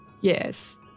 Yes